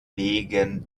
wegen